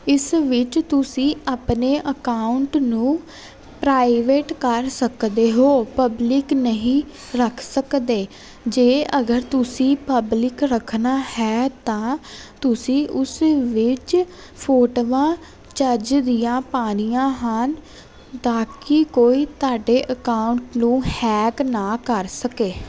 ਇਸ ਵਿੱਚ ਤੁਸੀਂ ਆਪਣੇ ਅਕਾਊਟ ਨੂੰ ਪ੍ਰਾਈਵੇਟ ਕਰ ਸਕਦੇ ਹੋ ਪਬਲਿਕ ਨਹੀਂ ਰੱਖ ਸਕਦੇ ਜੇ ਅਗਰ ਤੁਸੀਂ ਪਬਲਿਕ ਰੱਖਣਾ ਹੈ ਤਾਂ ਤੁਸੀਂ ਉਸ ਵਿੱਚ ਫੋਟੋਆਂ ਚੱਜ ਦੀਆਂ ਪਾਉਣੀਆਂ ਹਨ ਤਾਂ ਕਿ ਕੋਈ ਤੁਹਾਡੇ ਅਕਾਊਟ ਨੂੰ ਹੈਕ ਨਾ ਕਰ ਸਕੇ